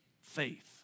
faith